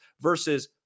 versus